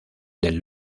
del